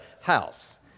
house